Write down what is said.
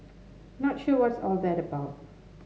not sure what's all that about